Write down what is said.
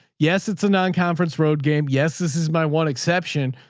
yes. it's a non-conference road game. yes. this is my one exception.